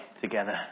together